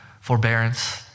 forbearance